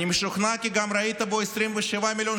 אני משוכנע כי גם ראית בו 27 מיליון